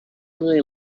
really